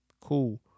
Cool